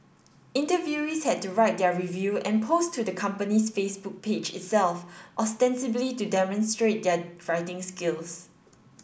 interviewees had to write their review and post to the company's Facebook page itself ostensibly to demonstrate their writing skills